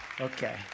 okay